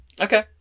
Okay